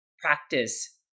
practice